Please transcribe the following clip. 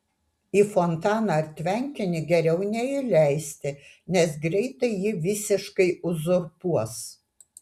į fontaną ar tvenkinį geriau neįleisti nes greitai jį visiškai uzurpuos